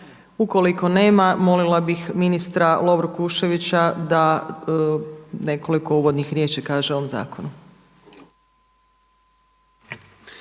Ukoliko nema, molila bih ministra Lovru Kuščevića da nekoliko uvodnih riječi kaže o ovom zakonu.